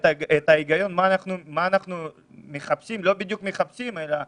מה החשש שלנו.